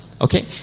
Okay